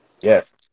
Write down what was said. Yes